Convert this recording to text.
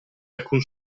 alcun